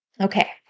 Okay